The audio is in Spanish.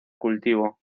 cultivo